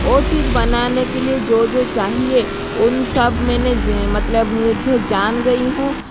वह चीज़ बनाने के लिए जो जो चाहिए उन सब मैंने मतलब मुझे जान गई हूँ